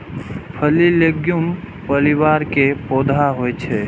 फली लैग्यूम परिवार के पौधा होइ छै